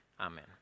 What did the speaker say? Amen